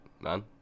man